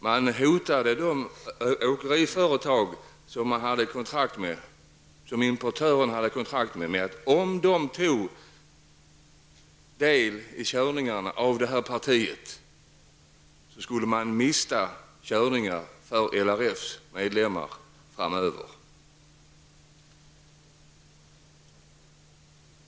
Man hotade de åkeriföretag som importören hade kontrakt med, att om företagen körde partiet, skulle företagen mista körningar för RLFs medlemmar framdeles.